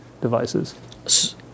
devices